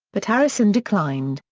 but harrison declined,